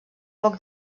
poc